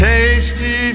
Tasty